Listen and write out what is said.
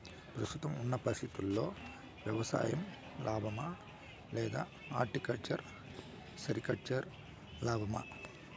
ప్రస్తుతం ఉన్న పరిస్థితుల్లో వ్యవసాయం లాభమా? లేదా హార్టికల్చర్, సెరికల్చర్ లాభమా?